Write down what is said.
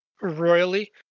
royally